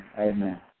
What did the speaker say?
amen